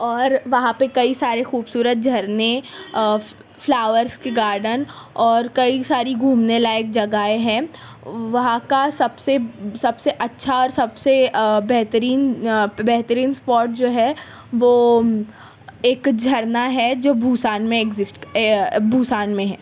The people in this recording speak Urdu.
اور وہاں پہ کئی سارے خوبصورت جھرنے فلاورس کی گارڈن اور کئی ساری گھومنے لائق جگہیں ہیں وہاں کا سب سے سب سے اچھا اور سب سے بہترین بہترین اسپاٹ جو ہے وہ ایک جھرنا ہے جو بھوسان میں ایکزسسٹ بوسان میں ہے